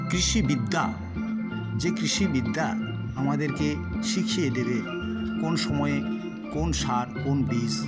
কৃষিবিদ্যা যে কৃষিবিদ্যা আমাদেরকে শিখিয়ে দেবে কোন সময় কোন সার কোন বীজ